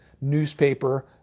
newspaper